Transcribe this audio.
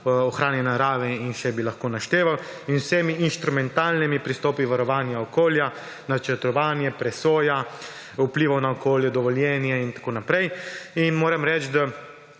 ohranjanje narave in še bi lahko našteval, in z vsemi inštrumentalnimi pristopi varovanja okolja, načrtovanje, presoja vplivov na okolje, dovoljenje in tako naprej. In moram reči, da